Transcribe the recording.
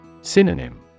Synonym